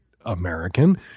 American